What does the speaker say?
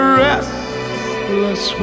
restless